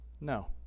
No